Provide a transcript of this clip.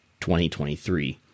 2023